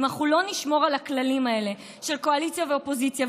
אם אנחנו לא נשמור על הכללים האלה של קואליציה ואופוזיציה,